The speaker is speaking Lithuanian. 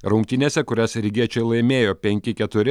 rungtynėse kurias rygiečiai laimėjo penki keturi